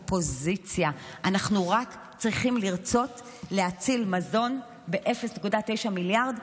אופוזיציה: אנחנו רק צריכים לרצות להציל מזון ב-0.9 מיליארד,